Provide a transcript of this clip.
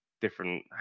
different